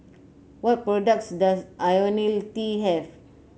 what products does IoniL T have